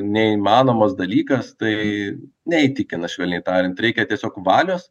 neįmanomas dalykas tai neįtikina švelniai tariant reikia tiesiog valios